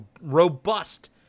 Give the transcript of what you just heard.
robust